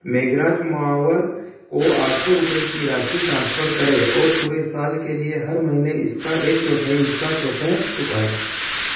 मेघराज मावर को आठ सौ रुपये की राशि ट्रांसफ़र करें और पूरे साल के लिए हर महीने इसका एक चौथाई हिस्सा स्वतः चुकाएँ